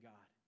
God